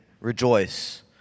rejoice